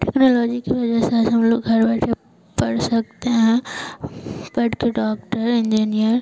technology की वजह से आज हम लोग घर बैठे पढ़ सकते हैं पढ़ के डॉक्टर इंजीनियर